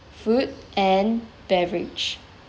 food and beverage